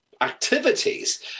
activities